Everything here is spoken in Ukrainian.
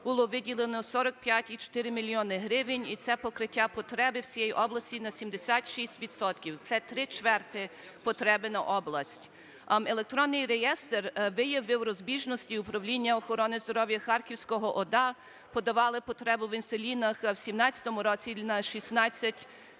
було виділено 45,4 мільйони гривень. І це покриття потреби всієї області на 76 відсотків, це три чверті потреби на область. Електронний реєстр виявив розбіжності. Управління охорони здоров'я Харківської ОДА подавали потребу в інсуліні в 17-му році на 16 тисяч